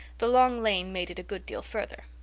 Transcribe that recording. the long lane made it a good deal further.